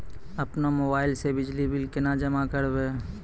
अपनो मोबाइल से बिजली बिल केना जमा करभै?